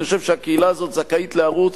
אני חושב שהקהילה הזאת זכאית לערוץ